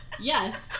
Yes